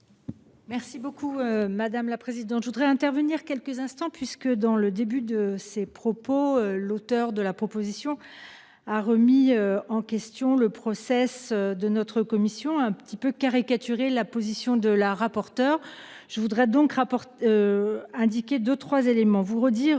Merci beaucoup madame la présidente. Je voudrais intervenir quelques instants puisque dans le début de ces propos. L'auteur de la proposition a remis en question le process de notre commission un petit peu caricaturer la position de la rapporteure. Je voudrais donc rapporte. Indiqué de 3 éléments vous redire